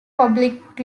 public